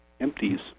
empties